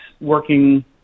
working